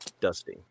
Dusty